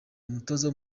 umutoza